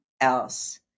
else